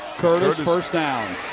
curtis, first down.